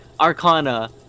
arcana